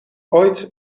ooit